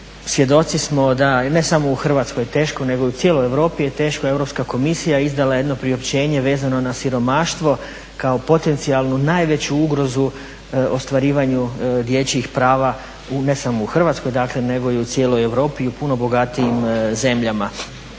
svjedoci smo da je ne samo u Hrvatskoj teško nego i u cijeloj Europi je teško. Europska komisija izdala je jedno priopćenje vezano na siromaštvo kao potencijalnu najveću ugrozu ostvarivanju dječjih prava ne samo u Hrvatskoj dakle nego i u cijeloj Europi i u puno bogatijim zemljama.